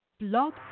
Blog